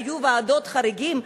היו ועדות חריגים.